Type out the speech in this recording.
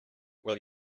will